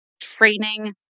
training